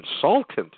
consultant